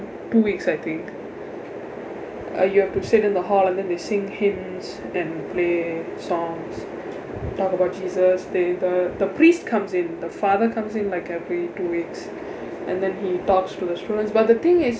two weeks I think uh you have to sit in the hall and then they sing hymns and play songs talk about jesus they the the priest comes in the father comes in like every two weeks and then he talks to the students but the thing is